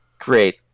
Great